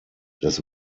des